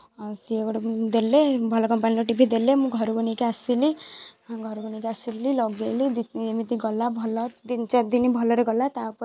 ସିଏ ଗୋଟେ ଦେଲେ ଭଲ କମ୍ପାନୀର ଟିଭି ଦେଲେ ମୁଁ ଘରକୁ ନେଇକି ଆସିଲି ଘରକୁ ନେଇକି ଆସିଲି ଲଗାଇଲି ଏମିତି ଗଲା ଭଲ ତିନି ଚାରି ଦିନି ଭଲରେ ଗଲା ତା'ପରେ